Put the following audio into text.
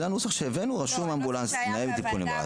זה הנוסח שהבאנו רשום "אמבולנס ניידת טיפול נמרץ".